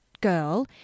girl